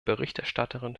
berichterstatterin